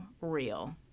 real